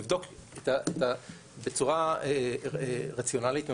לבדוק בצורה רציונלית ומובנית,